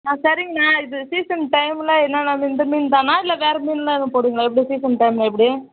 ஆ சரிங்கணா இது சீசன் டைமில் என்னான்னாது இந்த மீன் தானா இல்லை வேறு மீன் எல்லாம் எதுவும் போடுவீங்களா எப்படி சீசன் டைமில் எப்படி